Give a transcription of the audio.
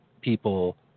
people